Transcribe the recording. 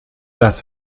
das